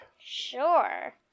sure